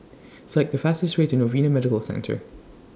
Select The fastest Way to Novena Medical Centre